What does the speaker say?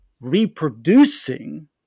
reproducing